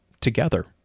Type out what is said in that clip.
together